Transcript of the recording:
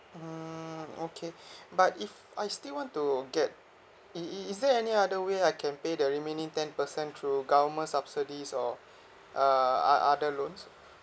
mmhmm okay but if I still want to get is is is there any other way I can pay the remaining ten percent through government's subsidies or uh o~ other loans